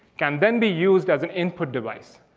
can then be used as an input device.